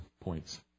points